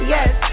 Yes